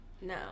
no